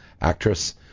actress